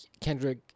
Kendrick